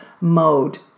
mode